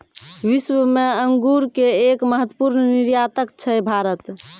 विश्व मॅ अंगूर के एक महत्वपूर्ण निर्यातक छै भारत